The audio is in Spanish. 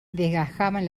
desgajaban